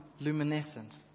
luminescent